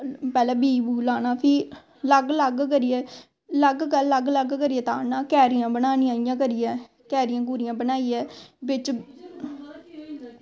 पैह्लैं बीऽ बू लाना फ्ही लग लग करियै लग लग करियै क्यारियां बनानियां इयां करियै क्यारियां क्यूरियां बनाइयै बिच